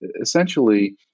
Essentially